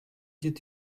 did